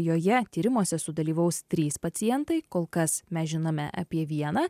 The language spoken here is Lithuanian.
joje tyrimuose sudalyvaus trys pacientai kol kas mes žinome apie vieną